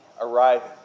arriving